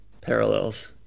parallels